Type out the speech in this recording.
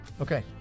Okay